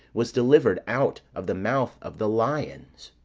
was delivered out of the mouth of the lions.